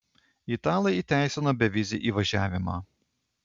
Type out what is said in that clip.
italai įteisino bevizį įvažiavimą